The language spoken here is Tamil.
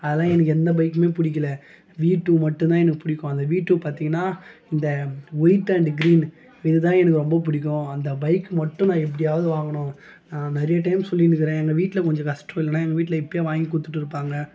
அதல்லாம் எனக்கு எந்த பைக்குமே பிடிக்கல வீ டூ மட்டுந்தான் எனக்கு பிடிக்கும் அந்த வீ டூ பார்த்தினா இந்த ஒயிட் அன்டு கிரீனு இதுதான் எனக்கு ரொம்ப பிடிக்கும் அந்த பைக் மட்டும் நான் எப்படியாவது வாங்கணும் நான் நிறைய டைம் சொல்லிணுக்கிறேன் எங்கள் வீட்டில் கொஞ்சம் கஷ்டம் இல்லைனா எங்கள் வீட்டில் இப்பயே வாங்கிக் கொடுத்துட்டுருப்பாங்க